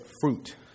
fruit